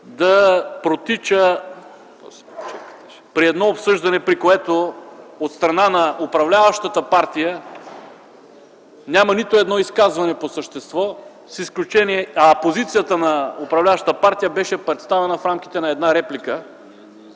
да протича при едно обсъждане, при което от страна на управляващата партия няма нито едно изказване по същество, а позицията на управляващата партия беше представена в рамките на една реплика,